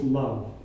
love